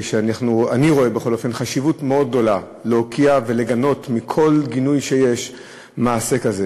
אני רואה חשיבות מאוד גדולה להוקיע ולגנות בכל גינוי מעשה כזה.